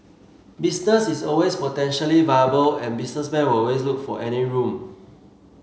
business is always potentially viable and businessmen will always look for any room